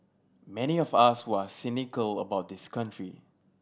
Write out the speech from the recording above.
many of us who are cynical about this country